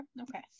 okay